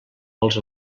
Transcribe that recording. els